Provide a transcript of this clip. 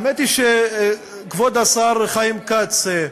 האמת היא, כבוד השר חיים כץ,